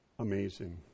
Amazing